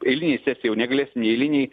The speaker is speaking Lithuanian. eilinėk sesijoj jau negalėsim neeilinėj